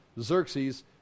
Xerxes